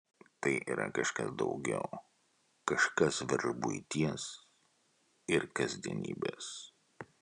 tai yra kažkas daugiau kažkas virš buities ir kasdienybės